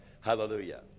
Hallelujah